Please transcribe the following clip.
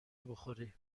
بخوری